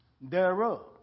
thereof